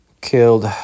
killed